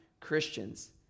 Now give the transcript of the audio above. christians